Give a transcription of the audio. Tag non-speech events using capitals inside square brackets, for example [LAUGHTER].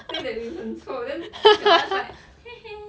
say that we were 很臭 then we all just like [LAUGHS]